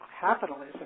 capitalism